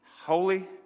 Holy